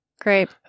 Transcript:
Great